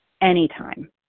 anytime